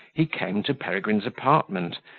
he came to peregrine's apartment,